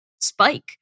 spike